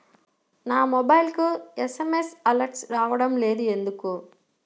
నా మొబైల్కు SMS alerts రావడం లేదు ఎందుకు?